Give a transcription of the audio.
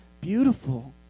beautiful